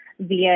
via